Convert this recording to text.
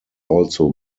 also